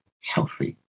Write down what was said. healthy